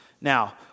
Now